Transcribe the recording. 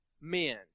Men